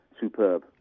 superb